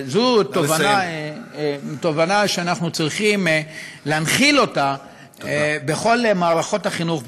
זו תובנה שאנחנו צריכים להנחיל בכל מערכות החינוך,